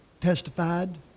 testified